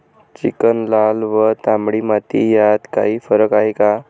Chicken, लाल व तांबडी माती यात काही फरक आहे का?